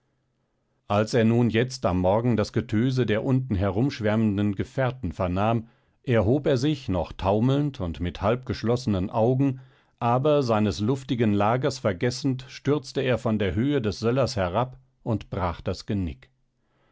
als er nun jetzt am morgen das getöse der unten herumschwärmenden gefährten vernahm erhob er sich noch taumelnd und mit halbgeschlossenen augen aber seines luftigen lagers vergessend stürzte er von der höhe des söllers herab und brach das genick